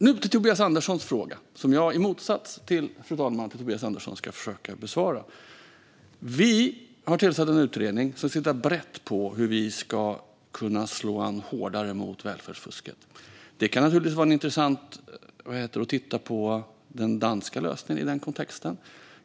Nu till Tobias Anderssons fråga, som jag i motsats till Tobias Andersson ska försöka besvara. Vi har tillsatt en utredning som ska titta brett på hur vi ska kunna slå än hårdare mot välfärdsfusket. Det kan naturligtvis vara intressant att titta på den danska lösningen i den kontexten.